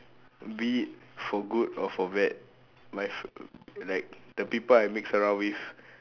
be it for good or for bad my f~ like the people I mix around with